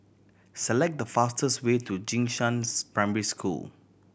select the fastest way to Jing Shan's Primary School